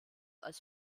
als